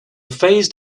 phased